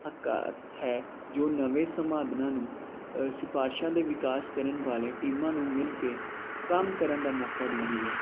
ਅਕਾਥ ਹੈ ਜੋ ਨਵੇਂ ਸਮਾਧਨਾਂ ਨੂੰ ਸਿਫਾਰਿਸ਼ਾਂ ਦੇ ਵਿਕਾਸ ਕਰਨ ਵਾਲੇ ਟੀਮਾਂ ਨੂੰ ਮਿਲ ਕੇ ਕੰਮ ਕਰਨ ਦਾ ਮੌਕਾ ਦਿੰਦੀ ਹੈ